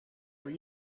were